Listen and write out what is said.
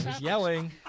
yelling